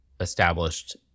established